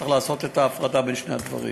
צריך לעשות את ההפרדה בין שני הדברים: